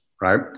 right